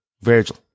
Virgil